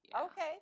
Okay